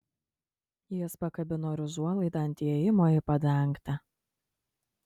jis pakabino ir užuolaidą ant įėjimo į padangtę